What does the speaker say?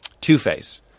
Two-Face